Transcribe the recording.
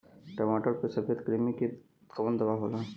टमाटर पे सफेद क्रीमी के कवन दवा होला?